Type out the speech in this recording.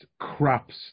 crops